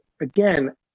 again